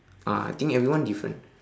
ah I think everyone different